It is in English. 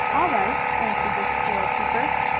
all right, answered the store-keeper.